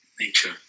nature